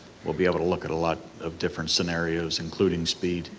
we'll be able to look at a lot of different scenarios including speed.